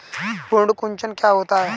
पर्ण कुंचन क्या होता है?